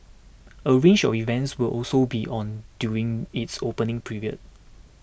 a range of events will also be on during its opening period